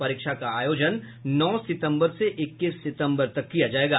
परीक्षा का आयोजन नौ सितम्बर से इक्कीस सितम्बर तक किया जायेगा